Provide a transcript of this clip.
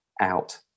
out